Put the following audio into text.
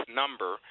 number